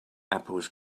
apples